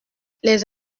les